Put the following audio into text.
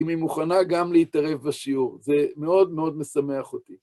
אם היא מוכנה גם להתערב בשיעור. זה מאוד מאוד משמח אותי.